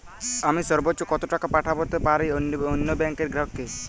আমি সর্বোচ্চ কতো টাকা পাঠাতে পারি অন্য ব্যাংক র গ্রাহক কে?